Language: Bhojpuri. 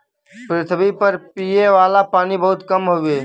पृथवी पर पिए वाला पानी बहुत कम हउवे